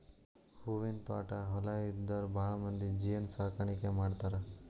ಹೂವಿನ ತ್ವಾಟಾ ಹೊಲಾ ಇದ್ದಾರ ಭಾಳಮಂದಿ ಜೇನ ಸಾಕಾಣಿಕೆ ಮಾಡ್ತಾರ